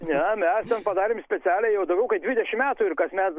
ne mes ten padarėm specialiai jau daugiau kaip dvidešimt metų ir kasmet